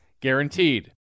guaranteed